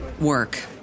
work